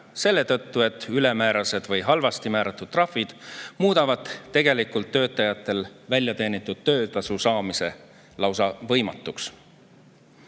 selle tõttu, et ülemäärased või [vildakalt] määratud trahvid muudavad tegelikult töötajatel väljateenitud töötasu saamise lausa võimatuks. Ja